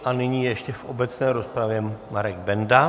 A nyní ještě v obecné rozpravě Marek Benda.